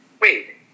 wait